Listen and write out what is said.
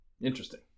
Interesting